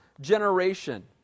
generation